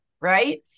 right